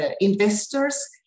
investors